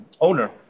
owner